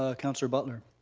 ah councilor butler.